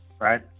right